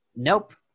nope